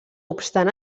obstant